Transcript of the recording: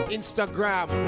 Instagram